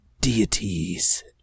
deities